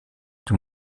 dem